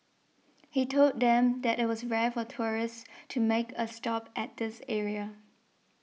he told them that it was rare for tourists to make a stop at this area